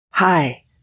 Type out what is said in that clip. Hi